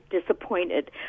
disappointed